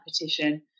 petition